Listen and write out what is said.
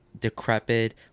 decrepit